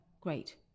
great